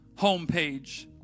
homepage